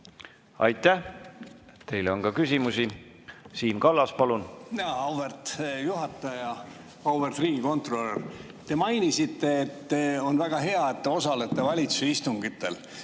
Aitäh! Teile on ka küsimusi. Siim Kallas, palun! Auväärt juhataja! Auväärt riigikontrolör! Te mainisite, et on väga hea, et te osalete valitsuse istungitel.